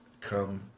come